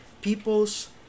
people's